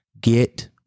get